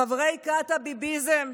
חברי כת הביביזם,